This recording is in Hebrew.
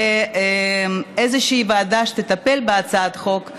ואיזו ועדה שתטפל בהצעת החוק,